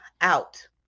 out